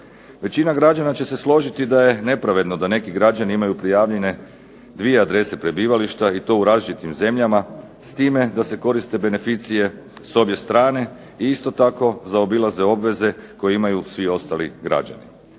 Većina građana će se složiti da je nepravedno da neki građani imaju prijavljene dvije adrese prebivališta i to u različitim zemljama s time da se koriste beneficije s obje strane i isto tako zaobilaze obveze koje imaju svi ostali građani.